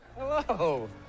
Hello